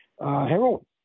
heroin